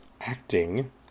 acting